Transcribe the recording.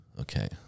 Okay